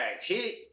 hit